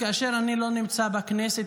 כאשר אני לא נמצא בכנסת,